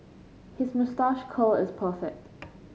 his moustache curl is perfect